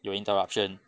有 interruption